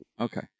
Okay